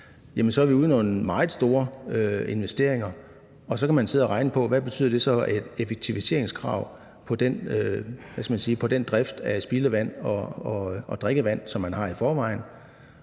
Man er ude i nogle meget store investeringer, og så kan man sidde og regne på, hvad et effektiviseringskrav på den drift af spildevand og drikkevand, som man har i forvejen,